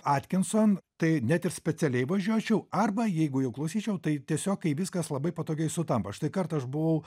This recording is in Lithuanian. atkinson tai net ir specialiai važiuočiau arba jeigu jau klausyčiau tai tiesiog kai viskas labai patogiai sutampa štai kartą aš buvau